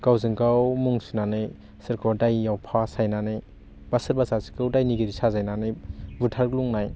गावजों गाव मुं सुनानै सोरखौ दायाव फासायनानै बा सोरबा सासेखौ दायनिगिरि साजायनानै बुथारग्लुनाय